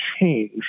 change